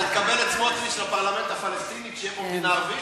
אתה תקבל את סמוטריץ לפרלמנט הפלסטיני כשתהיה פה מדינה ערבית?